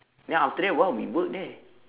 then after that what we work there